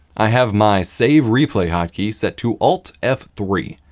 i have my save replay hotkey set to alt f three.